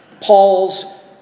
Paul's